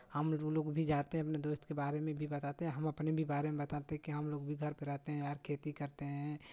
हमलोग भी जाते हैं अपने दोस्त के बारे में भी बताते हैं हम अपने भी बारे में बताते हैं कि हमलोग भी घर पे रहते हैं यार खेती करते हैं